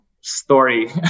story